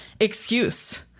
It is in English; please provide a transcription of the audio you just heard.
excuse